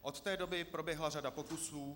Od té doby proběhla řada pokusů.